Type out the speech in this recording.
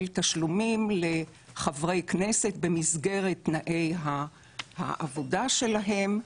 תשלומים לחברי כנסת במסגרת תנאי העבודה שלהם,